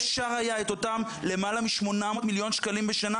אפשר היה את אותם יותר מ-800 מיליון שקלים בשנה